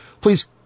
please